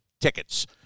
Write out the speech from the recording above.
tickets